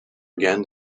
again